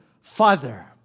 Father